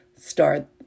start